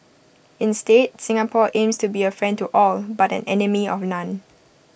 instead Singapore aims to be A friend to all but an enemy of none